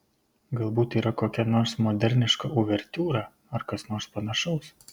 galbūt yra kokia nors moderniška uvertiūra ar kas nors panašaus